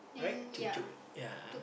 right tuk-tuk yeah